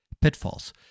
pitfalls